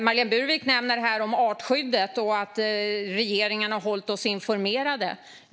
Marlene Burwick nämner här artskyddet och att regeringen har hållit oss informerade.